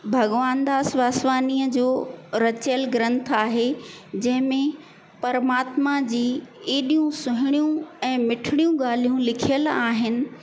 भॻवान दास वासवाणीअ जो रचियलु ग्रंथ आहे जंहिंमे परमात्मा जी एॾियूं सुहिणियूं ऐं मिठड़ियूं ॻाल्हियूं लिखियल आहिनि